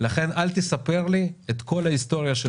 לכן אל תספר לי את כל ההיסטוריה של